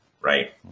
right